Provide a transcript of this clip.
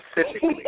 specifically